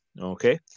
okay